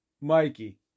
Mikey